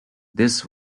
this